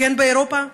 כן באירופה,